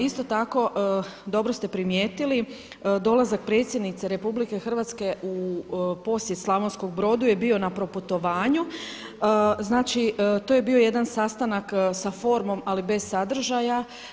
Isto tako dobro ste primijetili, dolazak predsjednice RH u posjet Slavonskom Brodu je bio na proputovanju, znači to je bio jedan sastanak sa formom ali bez sadržaja.